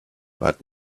but